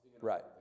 Right